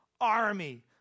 Army